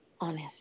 honest